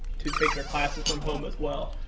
to take their classes from home as well.